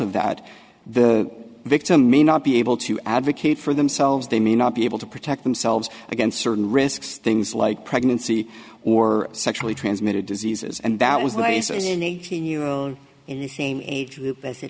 of that the victim may not be able to advocate for themselves they may not be able to protect themselves against certain risks things like pregnancy or sexually transmitted diseases and that was the case is an eighteen year old in the same age as